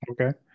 okay